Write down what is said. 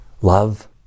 love